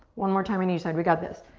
one more time on each side, we got this.